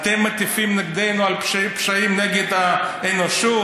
אתם מטיפים נגדנו על פשעים נגד האנושות?